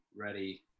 ready